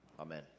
Amen